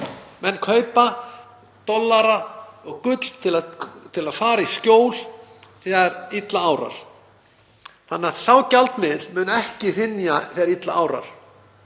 Menn kaupa dollara og gull til að fara í skjól þegar illa árar þannig að sá gjaldmiðill mun ekki hrynja þegar illa árar